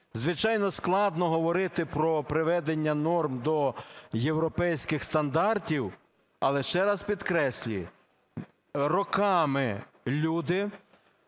Звичайно, складно говорити про приведення норм до європейських стандартів. Але ще раз підкреслюю, роками люди,